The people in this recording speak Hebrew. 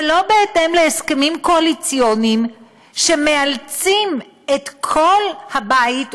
ולא בהתאם להסכמים קואליציוניים שמאלצים את כל הבית,